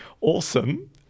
awesome